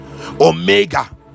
Omega